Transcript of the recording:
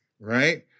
right